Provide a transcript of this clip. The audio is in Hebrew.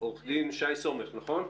עורך דין שי סומך, בבקשה.